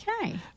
Okay